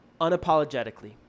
Unapologetically